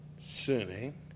sinning